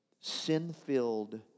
sin-filled